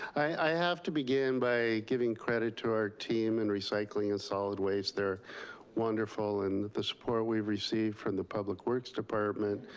i have to begin by giving credit to our team in recycling and solid waste, they're wonderful. and the support we've received from the public works department,